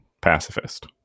pacifist